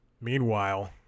Meanwhile